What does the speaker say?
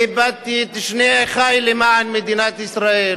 ואיבדתי את שני אחי למען מדינת ישראל,